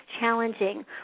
challenging